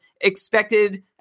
expected